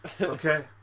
Okay